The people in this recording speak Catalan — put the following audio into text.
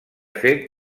fet